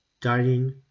dining